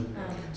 ah